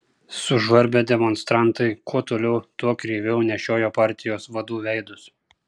sužvarbę demonstrantai kuo toliau tuo kreiviau nešiojo partijos vadų veidus